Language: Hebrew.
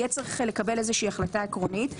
יהיה צריך לקבל איזושהי החלטה עקרונית.